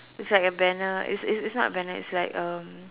it's like a banner it's it's it's not a banner it's like um